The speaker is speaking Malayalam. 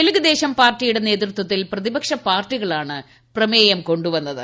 തെലുഗുദേശം പാർട്ടിയുടെ നേതൃത്വത്തിൽ പ്രതിപക്ഷ പാർട്ടികളാണ് പ്രമേയം കൊ ു വന്നത്